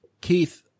Keith